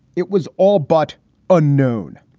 it was all but unknown.